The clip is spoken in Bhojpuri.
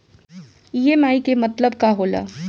ई.एम.आई के मतलब का होला?